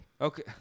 Okay